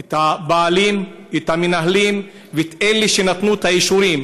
את הבעלים, את המנהלים ואת אלה שנתנו את האישורים.